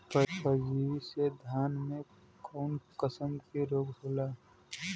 परजीवी से धान में कऊन कसम के रोग होला?